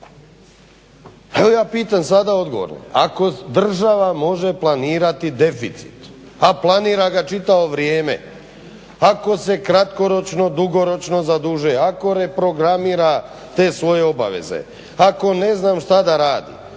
Evo ja pitam sada odgovorne ako država može planirati deficit, a planira ga čitavo vrijeme, ako se kratkoročno, dugoročno zadužuje, ako reprogramira te svoje obaveze, ako ne znam što da radi